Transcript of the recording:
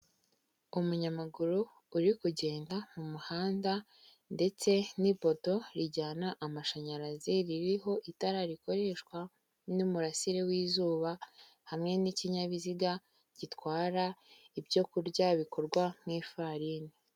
Umunyamaguru uri kugenda mu muhanda ndetse n'ipoto rijyana amashanyarazi ririho itara rikoreshwa n'umurasire w'izuba hamwe n'ikinyabiziga gitwara ibyokurya bikorwa nk'ifarini.